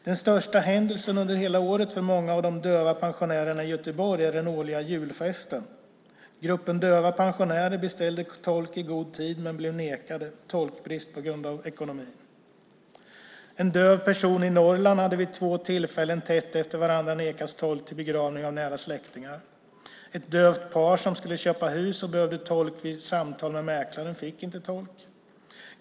Den största händelsen under hela året för många av de döva pensionärerna i Göteborg är den årliga julfesten. Gruppen döva pensionärer beställde tolk i god tid men blev nekade. Det var tolkbrist på grund av ekonomin. En döv person i Norrland hade vid två tillfällen tätt efter varandra nekats tolk till begravning av nära släktingar. Ett dövt par som skulle köpa hus och behövde tolk vid samtal med mäklaren fick inte tolk.